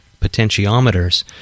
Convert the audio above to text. potentiometers